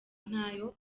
ntayo